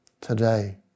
today